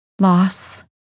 loss